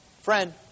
friend